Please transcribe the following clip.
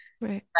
right